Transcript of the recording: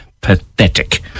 pathetic